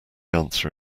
answer